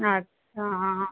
अच्छा हा